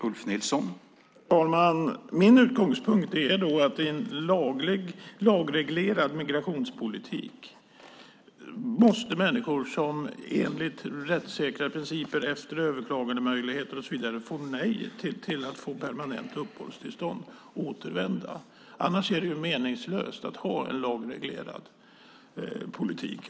Herr talman! Det är min utgångspunkt att med en lagreglerad migrationspolitik måste människor som enligt rättssäkra principer, efter överklagandemöjligheter och så vidare, får nej på ansökan om permanent uppehållstillstånd återvända. Annars är det meningslöst att ha en lagreglerad politik.